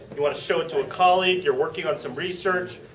you want to show it to a colleague. you are working on some research.